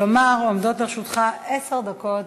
כלומר עומדות לרשותך עשר דקות